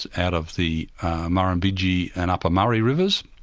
out of the murrimbidgee and upper murray rivers.